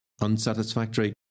unsatisfactory